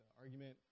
argument